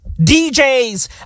DJs